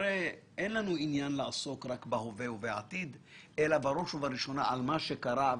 אין לנו עניין לעסוק רק בהווה ובעתיד אלא בראש וראשונה על מה שקרה,